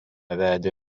vedė